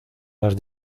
las